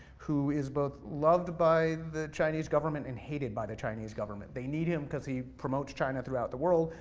who is both loved by the chinese government, and hated by the chinese government. they need him because he promotes china throughout the world,